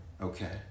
Okay